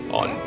on